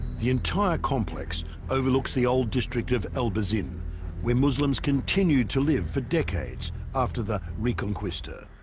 the entire complex overlooks the old district of albayzin where muslims continued to live for decades after the reconquista